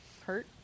hurt